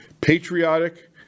Patriotic